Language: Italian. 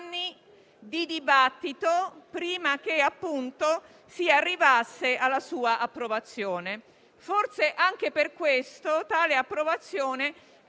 di dibattito prima che si arrivasse alla sua approvazione. Forse anche per questo tale approvazione è